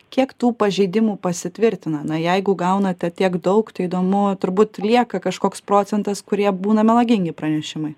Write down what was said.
kiek tų pažeidimų pasitvirtina na jeigu gaunate tiek daug tai įdomu turbūt lieka kažkoks procentas kurie būna melagingi pranešimai